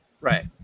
Right